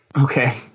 Okay